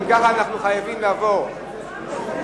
אם כך, אנחנו חייבים לעבור להצבעה.